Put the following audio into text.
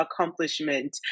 accomplishment